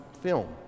film